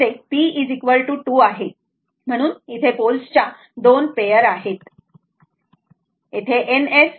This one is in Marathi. तर इथे या केस मध्ये p 2 आहे म्हणून इथे पोल्सच्या 2 पेयर आहेत बरोबर